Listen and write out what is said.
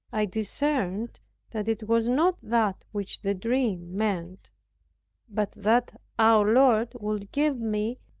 i discerned that it was not that which the dream meant but that our lord would give me,